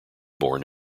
born